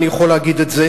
אני יכול להגיד את זה.